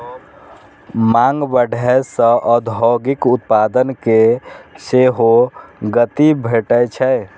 मांग बढ़ै सं औद्योगिक उत्पादन कें सेहो गति भेटै छै